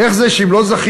איך זה שאם לא זכינו,